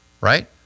right